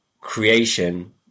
creation